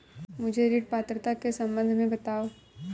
मुझे ऋण पात्रता के सम्बन्ध में बताओ?